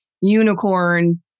unicorn